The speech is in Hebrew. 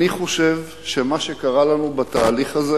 אני חושב שמה שקרה לנו בתהליך הזה